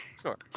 Sure